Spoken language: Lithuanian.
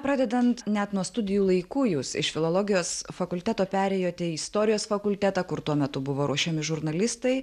pradedant net nuo studijų laikų jūs iš filologijos fakulteto perėjote į istorijos fakultetą kur tuo metu buvo ruošiami žurnalistai